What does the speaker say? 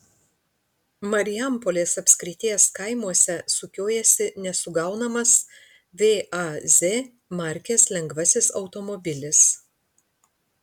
marijampolės apskrities kaimuose sukiojasi nesugaunamas vaz markės lengvasis automobilis